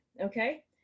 okay